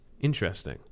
interesting